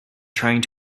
trying